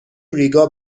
ریگا